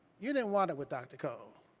you didn't want it with dr. cone.